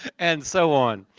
and so on?